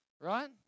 right